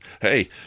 Hey